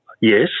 Yes